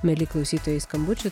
mieli klausytojai skambučių